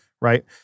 Right